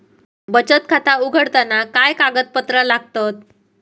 बचत खाता उघडताना काय कागदपत्रा लागतत?